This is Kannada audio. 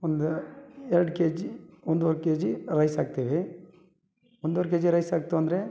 ಒಂದು ಎರಡು ಕೆ ಜಿ ಒಂದುವರೆ ಕೆ ಜಿ ರೈಸ್ ಹಾಕ್ತೀವಿ ಒಂದುವರೆ ಕೆ ಜಿ ರೈಸ್ ಹಾಕಿತು ಅಂದರೆ